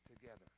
together